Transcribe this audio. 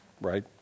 right